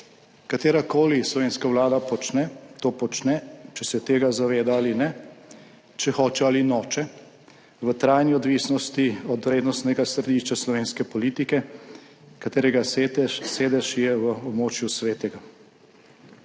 katerakoli slovenska vlada počne, to počne, če se tega zaveda ali ne, če hoče ali noče, v trajni odvisnosti od vrednostnega središča slovenske politike, katerega sedež je v območju svetega.«